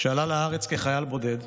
שעלה לארץ כחייל בודד,